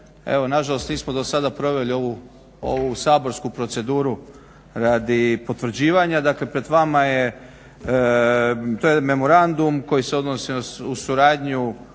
nažalost nismo do sada proveli ovu saborsku proceduru radi potvrđivanja. Dakle pred vama je memorandum koji se odnosi na suradnju